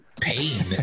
pain